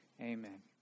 amen